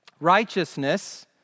Righteousness